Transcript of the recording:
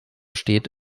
steht